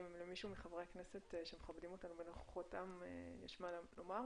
אם למישהו מחברי הכנסת שמכבדים אותנו בנוכחותם יש משהו לומר?